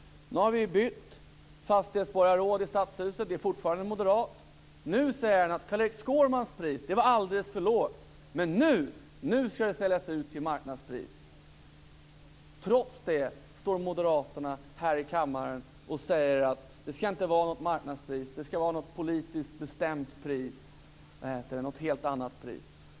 Nu har vi bytt stadsdelsborgarråd i stadshuset, fortfarande moderat. Nu säger han att Carl-Erik Skårmans pris var alldeles för lågt, men nu skall de säljas ut till marknadspris. Trots det säger moderaterna att det inte skall vara något marknadspris. Det skall vara ett politiskt bestämt pris, ett helt annat pris.